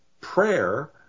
prayer